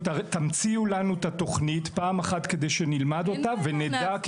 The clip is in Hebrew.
תמצאו לנו את התוכנית פעם אחת כדי שנלמד אותה ונדע,